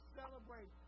celebrate